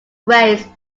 race